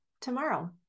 tomorrow